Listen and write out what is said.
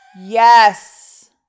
Yes